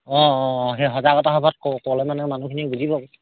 অঁ অঁ সেই সজাগতা সভাত ক'লে মানে মানুহখিনিয়ে বুজি পাব